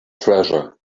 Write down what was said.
treasure